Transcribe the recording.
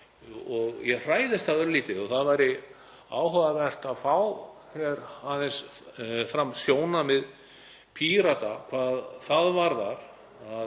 og ég hræðist það örlítið og það væri áhugavert að fá aðeins fram sjónarmið Pírata hvað það varðar.